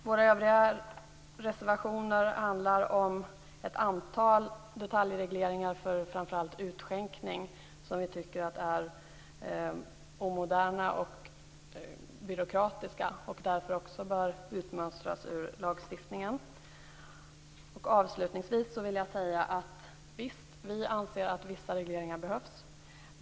Våra övriga reservationer handlar om ett antal detaljregleringar av framför allt utskänkning som vi tycker är omoderna och byråkratiska och därför bör utmönstras ur lagstiftningen. Avslutningsvis vill jag säga att visst anser vi att vissa regleringar behövs.